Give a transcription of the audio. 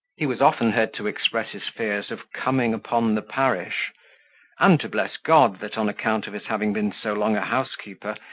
he was often heard to express his fears of coming upon the parish and to bless god, that, on account of his having been so long a housekeeper,